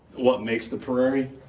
what makes the prairie?